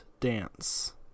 Dance